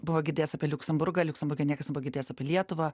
buvo girdėjęs apie liuksemburgą liuksemburge niekas nebuvo girdėjęs apie lietuvą